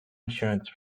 insurance